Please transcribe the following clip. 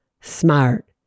smart